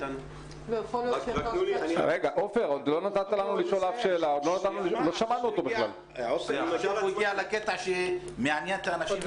עכשיו הוא הגיע לקטע שמעניין את האנשים,